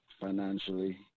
financially